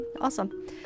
awesome